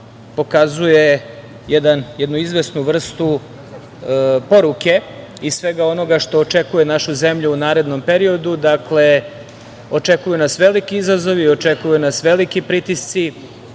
pokazuje jednu izvesnu vrstu poruke i svega onoga što očekuje našu zemlju u narednom periodu. Očekuju nas veliki izazovi, očekuju nas veliki pritisci